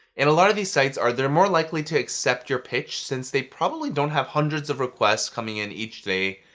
and a lot of these sites are more likely to accept your pitch since they probably don't have hundreds of requests coming in each day,